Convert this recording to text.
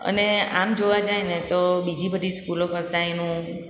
અને આમ જોવા જઈએને તો બીજી બધી સ્કૂલો કરતાં એનું